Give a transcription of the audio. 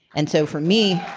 and so for me,